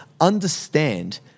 Understand